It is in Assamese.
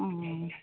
অঁ